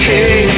Hey